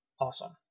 Awesome